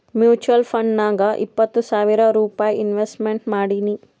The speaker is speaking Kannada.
ಮುಚುವಲ್ ಫಂಡ್ನಾಗ್ ಇಪ್ಪತ್ತು ಸಾವಿರ್ ರೂಪೈ ಇನ್ವೆಸ್ಟ್ಮೆಂಟ್ ಮಾಡೀನಿ